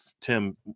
Tim